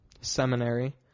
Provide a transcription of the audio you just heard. seminary